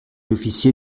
officier